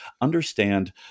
understand